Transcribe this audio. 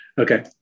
Okay